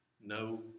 No